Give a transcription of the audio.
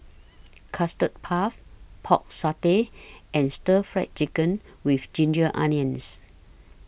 Custard Puff Pork Satay and Stir Fried Chicken with Ginger Onions